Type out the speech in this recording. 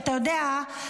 אתה יודע,